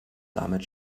damit